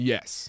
Yes